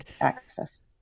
access